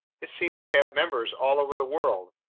it seems to have members all over the world,